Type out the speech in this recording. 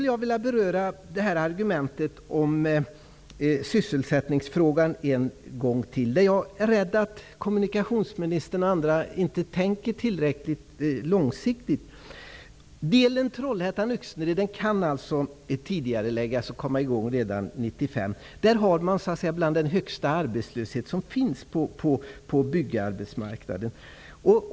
Jag vill beröra argumentet om sysselsättningsfrågan en gång till. Jag är rädd att kommunikationsministern och andra inte tänker tillräckligt långsiktigt. Byggandet av delen mellan Trollhättan och Öxnered kan alltså tidigareläggas och komma i gång redan 1995. I det området har man bland den högsta arbetslöshet som finns på byggarbetsmarknaden.